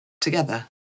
together